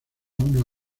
una